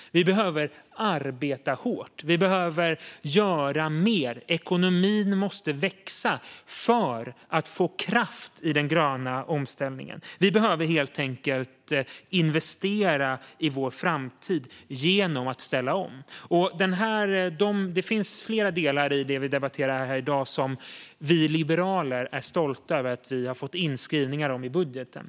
Vi behöver arbeta hårt. Vi behöver göra mer. Ekonomin måste växa för att få kraft i den gröna omställningen. Vi behöver helt enkelt investera i vår framtid genom att ställa om. Det finns flera delar i det som vi debatterar här i dag som vi liberaler är stolta över att vi har fått in skrivningar om i budgeten.